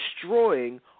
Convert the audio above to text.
destroying